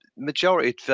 majority